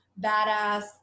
badass